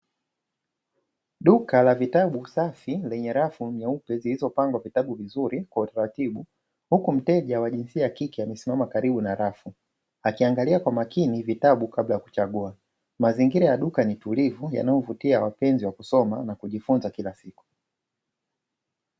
Duka la vitabu safi lenye rafu nyeupe zilizopangwa vitabu vizuri kwa utaratibu, huku mteja jinsia ya kike amesimama karibu na rafu, akiangalia kwa makini vitabu kabla ya kuchagua. Mazingira ya duka ni tulivu yanayovutia wapenzi wa kusoma na kujifunza kila siku.